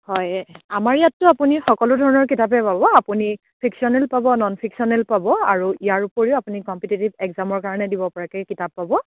হয় আমাৰ ইয়াততো আপুনি সকলো ধৰণৰ কিতাপেই পাব আপুনি ফিক্সনেল পাব ন'ন ফিক্সনেল পাব আৰু ইয়াৰ উপৰিও আপুনি কম্পিটিটিভ একজামৰ কাৰণে দিব পৰাকৈ কিতাপ পাব